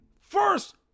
First